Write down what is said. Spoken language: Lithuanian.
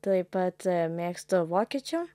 taip pat mėgstu vokiečių